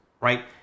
Right